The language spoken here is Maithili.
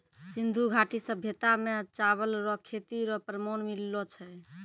सिन्धु घाटी सभ्यता मे चावल रो खेती रो प्रमाण मिललो छै